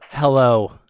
Hello